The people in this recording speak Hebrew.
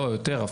לא, יותר.